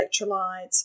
electrolytes